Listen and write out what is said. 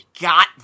got